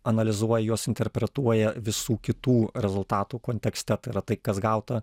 analizuoja juos interpretuoja visų kitų rezultatų kontekste tai yra tai kas gauta